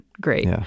great